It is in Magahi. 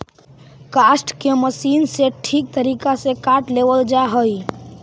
काष्ठ के मशीन से ठीक तरीका से काट लेवल जा हई